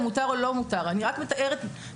לאם מותר או לא מותר; אני רק מתארת מגמה